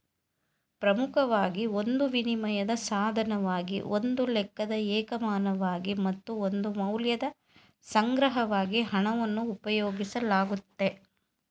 ಪ್ರಮುಖವಾಗಿ ಒಂದು ವಿನಿಮಯದ ಸಾಧನವಾಗಿ ಒಂದು ಲೆಕ್ಕದ ಏಕಮಾನವಾಗಿ ಮತ್ತು ಒಂದು ಮೌಲ್ಯದ ಸಂಗ್ರಹವಾಗಿ ಹಣವನ್ನು ಉಪಯೋಗಿಸಲಾಗುತ್ತೆ